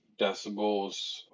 decibels